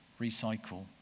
recycle